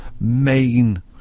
main